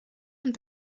und